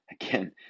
Again